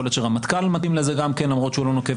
יכול להיות שגם רמטכ"ל מתאים לזה למרות שהוא לא נוקב